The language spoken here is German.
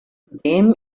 zudem